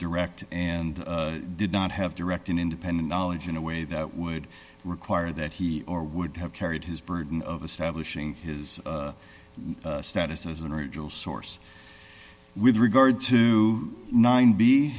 direct and did not have direct an independent knowledge in a way that would require that he or would have carried his burden of stablish ing his status as an original source with regard to nine b